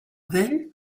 then